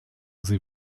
sie